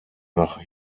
nach